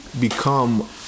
become